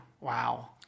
Wow